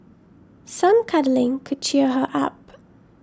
some cuddling could cheer her up